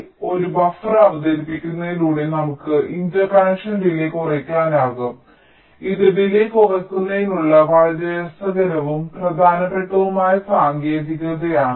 അതിനാൽ ഒരു ബഫർ അവതരിപ്പിക്കുന്നതിലൂടെ നമുക്ക് ഇന്റർകണക്ഷൻ ഡിലേയ് കുറയ്ക്കാനാകും ഇത് ഡിലേയ് കുറയ്ക്കുന്നതിനുള്ള വളരെ രസകരവും പ്രധാനപ്പെട്ടതുമായ സാങ്കേതികതയാണ്